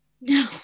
No